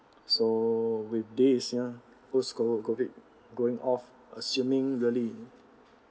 so with day is here post COVID going off assuming really